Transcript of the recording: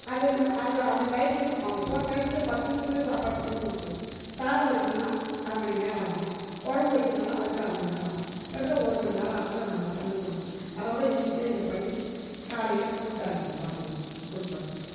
அதே மாதிரி அந்த அந்த டையதுக்கு அவங்க போகிற டையத்துக்குள்ளே பத்து நிமிஷத்தில் சாப்பாடு செஞ்சு முடித்துடுவோம் சாதம் வடிக்கணுன்னால் அரை மணிநேரம் ஆகும் குழம்பு வைக்கணுன்னா அதுக்கும் அரை மணிநேரம் எடுத்தால் ஒரு மணி நேரத்தில் நாங்கள் சமையல் பண்ணுவோம் அதைவிட ஈஸியாக இதை பண்ணி காலையில் கொடுத்தனுப்ச்சிருவோம் பசங்களுக்கு ஸ்கூல் போகிறதுக்காட்டி